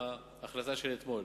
בהחלטה של אתמול,